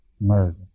Murder